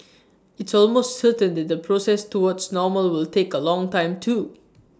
it's almost certain that the process towards normal will take A long time too